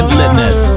litness